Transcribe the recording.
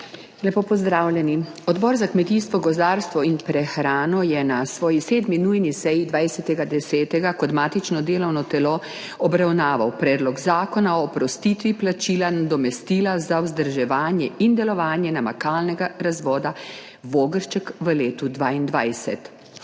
Lepo pozdravljeni! Odbor za kmetijstvo, gozdarstvo in prehrano je na svoji 7. nujni seji 20. 10. kot matično delovno telo obravnaval Predlog zakona o oprostitvi plačila nadomestila za vzdrževanje in delovanje namakalnega razvoda Vogršček v letu 2022,